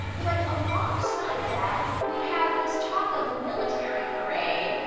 like, alongside that, we have this talk of a military parade,